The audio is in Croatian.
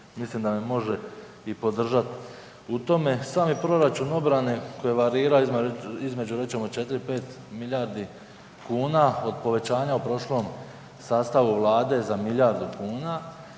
mislim da me može i podržati u tome. Sami proračun obrane koji varira između rečemo 4, 5 milijardi kuna od povećanja u prošlom sastavu Vlade za milijardu kuna